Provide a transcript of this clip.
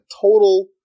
total